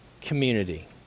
community